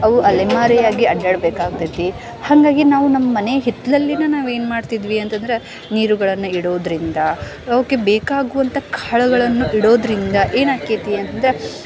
ಅವು ಅಲೆಮಾರಿಯಾಗಿ ಅಡ್ಡಾಡ ಬೇಕಾಗ್ತೈತಿ ಹಾಗಾಗಿ ನಾವು ನಮ್ಮ ಮನೆ ಹಿತ್ತಲಲ್ಲಿನ ನಾವೇನು ಮಾಡ್ತಿದ್ವಿ ಅಂತಂದ್ರೆ ನೀರುಗಳನ್ನು ಇಡೋದರಿಂದ ಅವಕ್ಕೆ ಬೇಕಾಗುವಂಥ ಕಾಳುಗಳನ್ನು ಇಡೋದರಿಂದ ಏನಾಕ್ಕತ್ತಿ ಅಂತಂದ್ರೆ